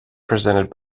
presented